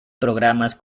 programas